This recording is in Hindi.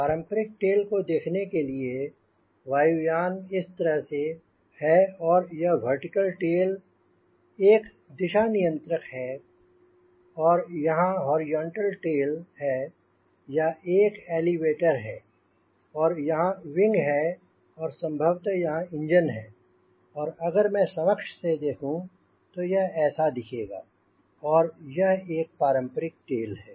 पारंपरिक टेल को देखने के लिए वायुयान इस तरह से है और यह वर्टिकल टेल एक दिशा नियंत्रक रडर है और यहांँ हॉरिजॉन्टल टेल है या एक एलीवेटर है और यहांँ विंग है और संभवत यहाँ इंजन है और अगर मैं समक्ष से देखूँ तो यह ऐसा दिखेगा और यह एक पारंपरिक टेल है